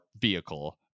vehicle